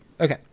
Okay